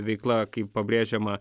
veikla kaip pabrėžiama